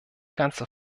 ganze